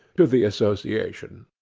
to the association